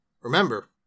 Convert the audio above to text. Remember